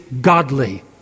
godly